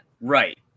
Right